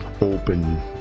open